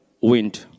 wind